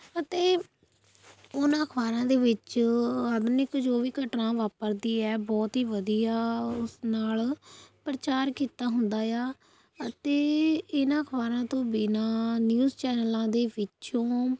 ਅਤੇ ਓਹਨਾਂ ਅਖਬਾਰਾਂ ਦੇ ਵਿੱਚ ਆਧੁਨਿਕ ਜੋ ਵੀ ਘਟਨਾ ਵਾਪਰਦੀ ਹੈ ਬਹੁਤ ਹੀ ਵਧੀਆ ਉਸ ਨਾਲ ਪ੍ਰਚਾਰ ਕੀਤਾ ਹੁੰਦਾ ਆ ਅਤੇ ਇਹਨਾਂ ਅਖਬਾਰਾਂ ਤੋਂ ਬਿਨਾਂ ਨਿਊਜ਼ ਚੈਨਲਾਂ ਦੇ ਵਿੱਚੋਂ